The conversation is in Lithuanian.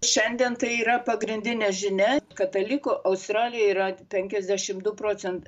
šiandien tai yra pagrindinė žinia katalikų australijoj yra penkiasdešimt du procen